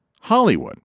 Hollywood